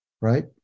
right